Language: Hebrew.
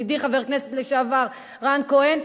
ידידי חבר הכנסת לשעבר רן כהן,